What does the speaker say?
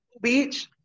Beach